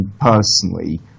personally